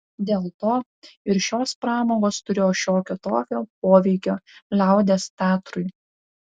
dėl to ir šios pramogos turėjo šiokio tokio poveikio liaudies teatrui